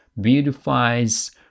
beautifies